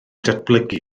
datblygu